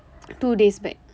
two days back